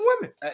women